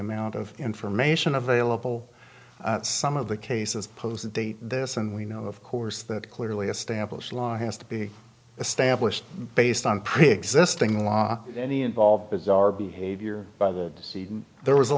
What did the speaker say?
amount of information available some of the cases posed to date this and we know of course that clearly established law has to be established based on preexisting law any involved bizarre behavior by the